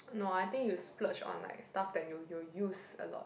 no I think you splurge on like stuff that you'll you'll use a lot